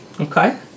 Okay